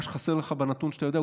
מה שחסר לך בנתון שאתה יודע,